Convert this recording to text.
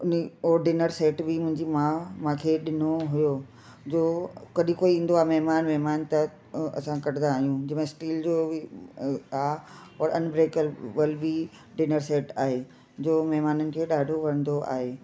उन उहो dinner set बि मुंहिंजी माउ मूंखे ॾिनो हुओ जो कॾहिं कोई ईंदो आहे महिमान वेहमान त असां कॾंदा आहियूं जो मां स्टील जो बि आहे और अनब्रेकेबल बि डिनर सेट आहे जो महिमाननि खे ॾाढो वणंदो आहे